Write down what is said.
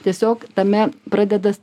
tiesiog tame pradeda